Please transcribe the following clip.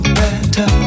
better